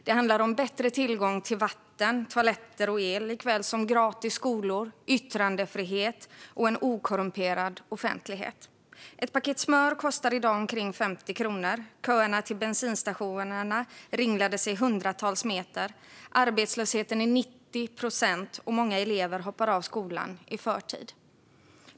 Det handlar om bättre tillgång till vatten, toaletter och el, likaväl som gratis skolor, yttrandefrihet och en okorrumperad offentlighet. Ett paket smör kostar i dag omkring 50 kronor. Köerna till bensinstationerna ringlade sig hundratals meter. Arbetslösheten är 90 procent, och många elever hoppar av skolan i förtid.